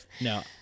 No